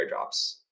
airdrops